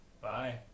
Bye